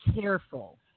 careful